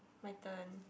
my turn